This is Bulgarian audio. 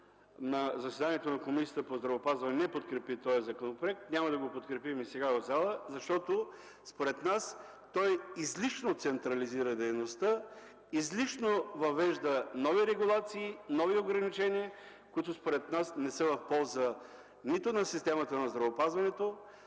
на заседанието на Комисията по здравеопазването не подкрепи този законопроект. Няма да го подкрепим и сега в залата, защото според нас той излишно централизира дейността, излишно въвежда нови регулации, нови ограничения, които не са в полза на системата на здравеопазването.